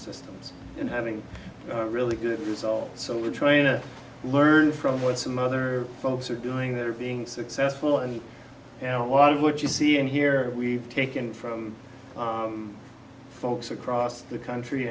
systems and having a really good result so we're trying to learn from what some other folks are doing they're being successful and you know a lot of what you see and hear we've taken from folks across the country